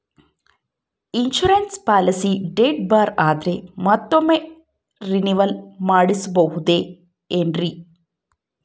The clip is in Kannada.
ಇನ್ಸೂರೆನ್ಸ್ ಪಾಲಿಸಿ ಡೇಟ್ ಬಾರ್ ಆದರೆ ಮತ್ತೊಮ್ಮೆ ರಿನಿವಲ್ ಮಾಡಿಸಬಹುದೇ ಏನ್ರಿ?